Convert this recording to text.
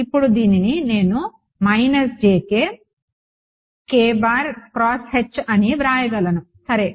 ఇప్పుడు దీనిని నేను అని వ్రాయగలను సరే